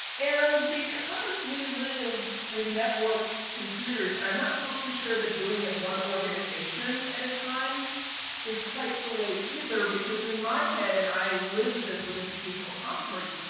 and, because we live with networked computers, i'm not totally sure that doing it one organization at a time is quite the way either because, in my head, and i lived this with institutional repositories,